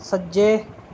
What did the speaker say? सज्जै